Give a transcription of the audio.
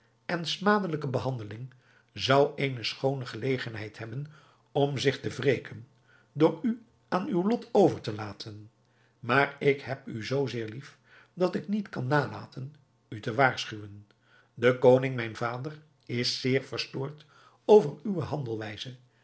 en smadelijke behandeling zou eene schoone gelegenheid hebben om zich te wreken door u aan uw lot over te laten maar ik heb u zoo zeer lief dat ik niet kan nalaten u te waarschuwen de koning mijn vader is zeer verstoord over uwe